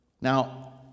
now